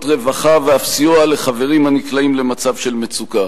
רווחה ואף סיוע לחברים הנקלעים למצב של מצוקה.